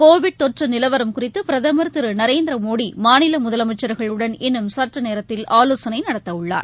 Covid தொற்றுநிலவரம் குறித்துபிரதமர் திருநரேந்திரமோடிமாநிலமுதலமைச்சர்களுடன் இன்றும் சற்றுநேரத்தில் ஆலோசனைநடத்தஉள்ளார்